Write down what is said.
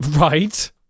Right